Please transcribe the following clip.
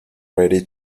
ready